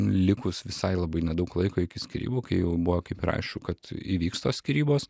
likus visai labai nedaug laiko iki skyrybų kai jau buvo kaip ir aišku kad įvyks tos skyrybos